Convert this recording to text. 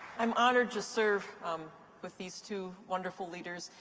i'm honored to serve with these two wonderful leaders,